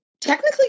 Technically